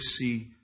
see